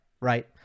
right